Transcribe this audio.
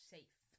Safe